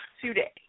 today